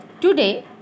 Today